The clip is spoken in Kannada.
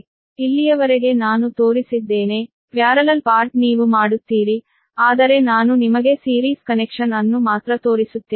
ಇಲ್ಲಿಯವರೆಗೆ ನಾನು ತೋರಿಸಿದ್ದೇನೆ ಪ್ಯಾರಲಲ್ ಪಾರ್ಟ್ ನೀವು ಮಾಡುತ್ತೀರಿ ಆದರೆ ನಾನು ನಿಮಗೆ ಸೀರೀಸ್ ಕನೆಕ್ಷನ್ ಅನ್ನು ಮಾತ್ರ ತೋರಿಸುತ್ತೇನೆ